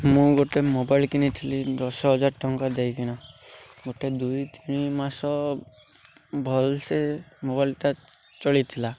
ମୁଁ ଗୋଟେ ମୋବାଇଲ୍ କିଣିଥିଲି ଦଶ ହଜାର ଟଙ୍କା ଦେଇକିନା ଗୋଟେ ଦୁଇ ତିନି ମାସ ଭଲ୍ସେ ମୋବାଇଲ୍ଟା ଚାଲିଥିଲା